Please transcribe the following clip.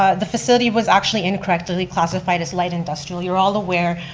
ah the facility was actually incorrectly classified as light industrial. you're all aware,